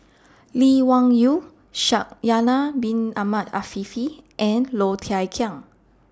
Lee Wung Yew Shaikh Yahya Bin Ahmed Afifi and Low Thia Khiang